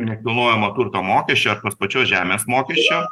nekilnojamo turto mokesčio ar tos pačios žemės mokesčio